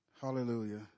Hallelujah